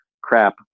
crap